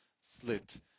slit